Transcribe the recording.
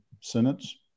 sentence